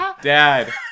dad